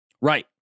Right